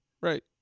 Right